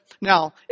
Now